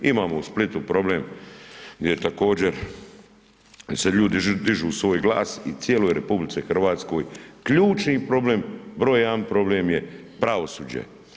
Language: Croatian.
Imamo u Splitu problem gdje također se ljudi dižu svoj glas i cijeloj RH ključni problem, broj jedan problem je pravosuđe.